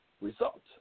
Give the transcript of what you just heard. result